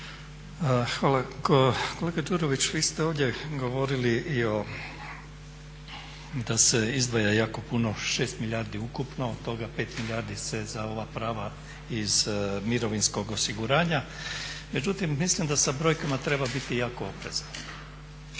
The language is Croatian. Hvala. Kolega Đurović vi ste ovdje govorili i da se izdvaja jako puno, 6 milijardi ukupno i od toga 5 milijardi za ova prava iz mirovinskog osiguranja, međutim mislim da sa brojkama treba biti jako oprezan